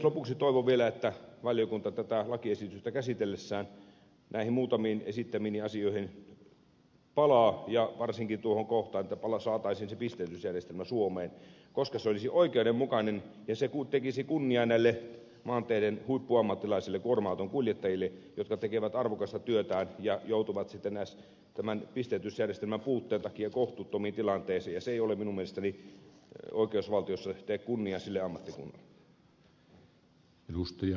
lopuksi toivon vielä että valiokunta tätä lakiesitystä käsitellessään näihin muutamiin esittämiini asioihin palaa ja varsinkin tuohon kohtaan että saataisiin se pisteytysjärjestelmä suomeen koska se olisi oikeudenmukainen ja se tekisi kunniaa näille maanteiden huippuammattilaisille kuorma autonkuljettajille jotka tekevät arvokasta työtään ja joutuvat sitten tämän pisteytysjärjestelmän puutteen takia kohtuuttomiin tilanteisiin ja se ei minun mielestäni oikeusvaltiossa tee kunniaa sille ammattikunnalle